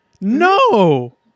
No